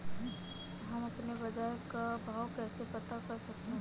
हम अपने बाजार का भाव कैसे पता कर सकते है?